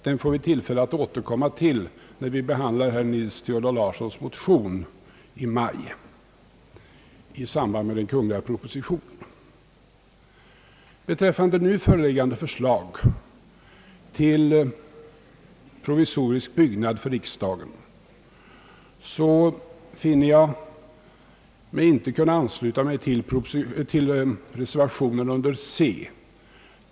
Vi får tillfälle att återkomma till den när vi behandlar herr Nils Theodor Larssons motion i maj i samband med den kungl. propositionen. Beträffande nu föreliggande förslag till provisorisk byggnad för riksdagen finner jag mig inte kunna ansluta mig till reservationen under GC.